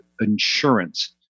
insurance